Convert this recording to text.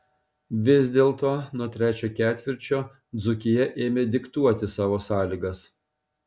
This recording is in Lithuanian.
vis dėlto nuo trečiojo ketvirčio dzūkija ėmė diktuoti savo sąlygas